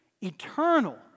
eternal